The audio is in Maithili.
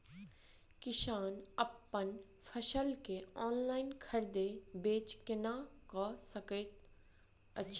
किसान अप्पन फसल केँ ऑनलाइन खरीदै बेच केना कऽ सकैत अछि?